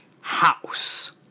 House